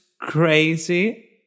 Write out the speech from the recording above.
crazy